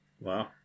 Wow